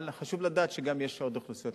אבל חשוב לדעת שיש עוד אוכלוסיות,